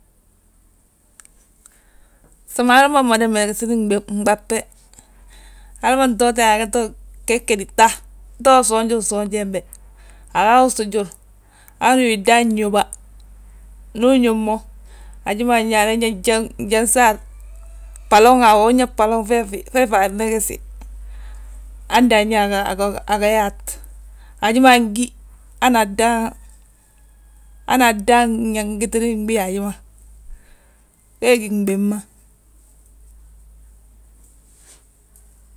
San hali ma mada megesi nɓab be, hali ma ntoote, aga to geege gi ta, ta usoonju usoonji wembe. Aga wi sujur, han wi dan ñóba, ndu uñob mo, haji ma nayaa anan yaa njan sar, boloŋ, unyaa boloŋ fee fa ammegesi. Hande anyaa aga yaat, haji ma angí han dan ngitini gbii haji ma, wee gí nɓab ma.